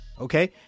Okay